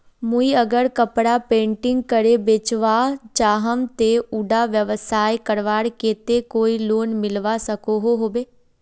मुई अगर कपड़ा पेंटिंग करे बेचवा चाहम ते उडा व्यवसाय करवार केते कोई लोन मिलवा सकोहो होबे?